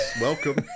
welcome